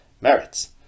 merits